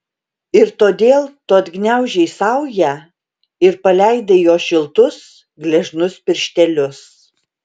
ir todėl tu atgniaužei saują ir paleidai jo šiltus gležnus pirštelius